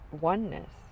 oneness